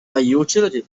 utility